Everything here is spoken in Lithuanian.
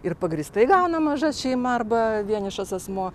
ir pagrįstai gauna mažas šeima arba vienišas asmuo